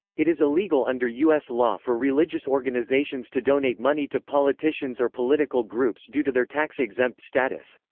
it is illegal under u s. law for religious organizations to donate money to politicians or political groups due to their tax-exempt status.